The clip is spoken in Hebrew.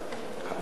ועדה.